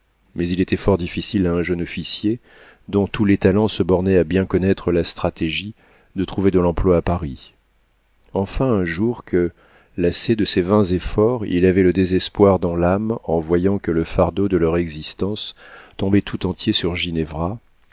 mais il était fort difficile à un jeune officier dont tous les talents se bornaient à bien connaître la stratégie de trouver de l'emploi à paris enfin un jour que lassé de ses vains efforts il avait le désespoir dans l'âme en voyant que le fardeau de leur existence tombait tout entier sur